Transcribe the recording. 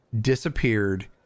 disappeared